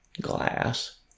glass